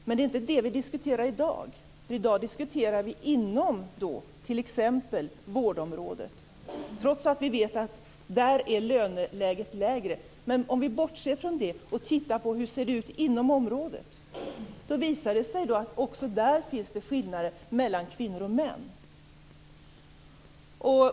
Men det är inte det vi diskuterar i dag, för i dag diskuterar vi t.ex. vårdområdet, trots att vi vet att löneläget där är lägre. Men om vi bortser från det och tittar på hur det ser ut inom området visar det sig att det också där finns skillnader mellan kvinnor och män.